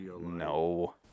No